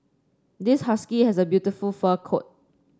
this husky has a beautiful fur coat